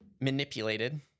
manipulated